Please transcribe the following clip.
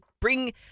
Bring